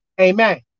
amen